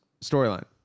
storyline